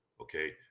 okay